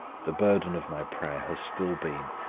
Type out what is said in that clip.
the burden of my prayer has still been,